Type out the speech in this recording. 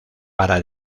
para